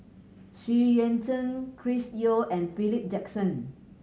Xu Yuan Zhen Chris Yeo and Philip Jackson